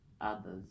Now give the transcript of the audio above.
others